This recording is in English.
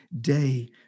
day